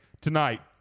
tonight